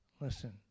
listen